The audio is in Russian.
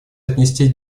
отнести